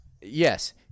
yes